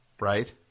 Right